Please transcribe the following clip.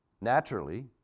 Naturally